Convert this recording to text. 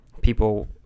people